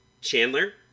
chandler